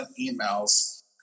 emails